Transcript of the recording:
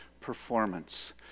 performance